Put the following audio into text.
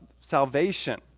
salvation